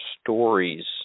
stories